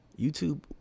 YouTube